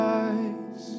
eyes